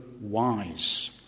wise